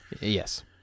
Yes